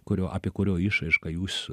kurio apie kurio išraišką jūs